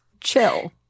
chill